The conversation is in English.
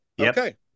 okay